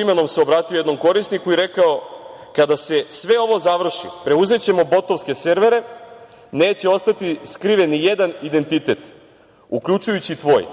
imenom se obratio jednom korisniku i rekao – kada se sve ovo završi preuzećemo botovske servere, neće ostati skriven nijedan identitet, uključujući i tvoj.